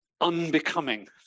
unbecoming